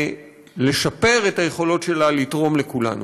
ולשפר את היכולת שלה לתרום לכולנו.